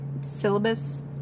syllabus